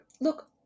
Look